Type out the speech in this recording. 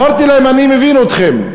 אמרתי להם: אני מבין אתכם,